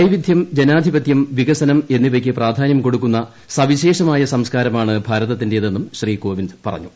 വൈവിധ്യം ജനാധിപത്യം വികസനം എന്നിവയ്ക്ക് പ്രാധാന്യം കൊടുക്കുന്ന സവിശേഷമായ സംസ്കാര്മാണ് ഭാരതത്തിന്റേതെന്നും ശ്രീ കോവിന്ദ് പറഞ്ഞു